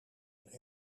een